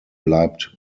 bleibt